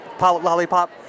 lollipop